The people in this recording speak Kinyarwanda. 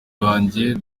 banjye